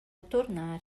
tornar